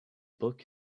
book